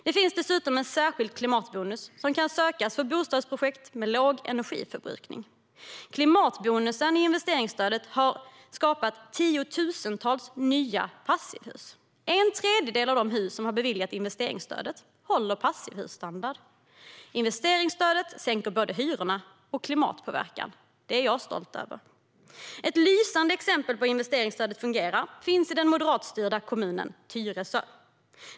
Det finns dessutom en särskild klimatbonus som kan sökas för bostadsprojekt med låg energiförbrukning. Genom klimatbonusen i investeringsstödet har tusentals nya passivhus kunnat byggas. En tredjedel av de hus som har beviljats investeringsstödet håller passivhusstandard. Investeringsstödet sänker hyrorna och minskar klimatpåverkan. Det är jag stolt över. Ett lysande exempel på hur investeringsstödet fungerar finns i den moderatstyrda kommunen Tyresö.